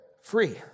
free